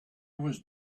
was